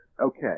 okay